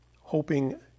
hoping